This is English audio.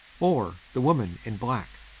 or the woman in black.